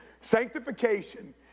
Sanctification